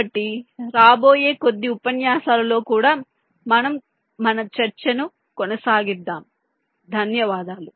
కాబట్టి రాబోయే కొద్ది ఉపన్యాసాలలో కూడా మనము మన చర్చను కొనసాగిద్దాము